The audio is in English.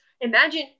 Imagine